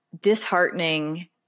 disheartening